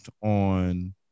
on –